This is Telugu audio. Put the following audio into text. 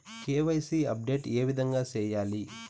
కె.వై.సి అప్డేట్ ఏ విధంగా సేయాలి?